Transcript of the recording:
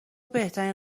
بهترین